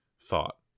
thought